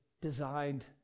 designed